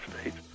States